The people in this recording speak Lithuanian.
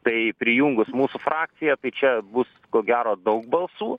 tai prijungus mūsų frakciją tai čia bus ko gero daug balsų